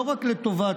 לא רק לטובת